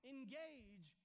Engage